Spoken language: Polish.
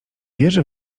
wierzy